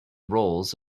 roles